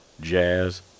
Jazz